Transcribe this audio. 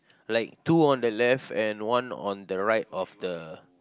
like two on the left and one on the right of the